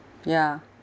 ya